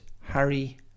Harry